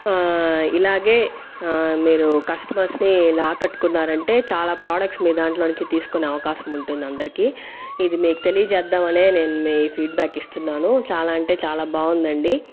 ఇలాగే మీరు కస్టమర్స్ని ఇలా ఆకట్టుకున్నారంటే చాలా ప్రొడక్ట్స్ మీ దాంట్లో నుంచి తీసుకునే అవకాశం ఉంటుంది అందరికీ ఇది మీకు తెలియచేద్దామనే నేను మీ ఫీడ్బ్యాక్ ఇస్తున్నాను చాలా అంటే చాలా బాగుందండి